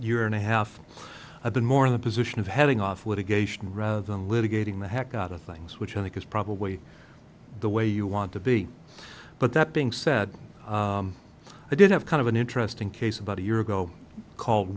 year and a half i've been more in the position of heading off with a geisha rather than litigating the heck out of things which i think is probably the way you want to be but that being said i did have kind of an interesting case about a year ago called